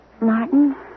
Martin